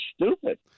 stupid